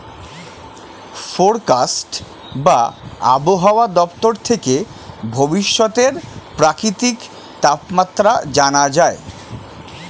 forecast বা আবহাওয়া দপ্তর থেকে ভবিষ্যতের প্রাকৃতিক তাপমাত্রা জানা যায়